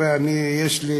יש לי,